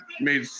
made